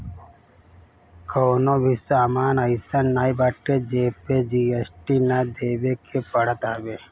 कवनो भी सामान अइसन नाइ बाटे जेपे जी.एस.टी ना देवे के पड़त हवे